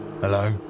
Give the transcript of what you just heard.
Hello